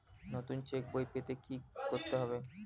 নতুন চেক বই পেতে কী করতে হবে?